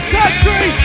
country